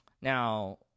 Now